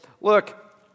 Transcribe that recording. look